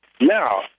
Now